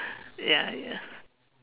ya ya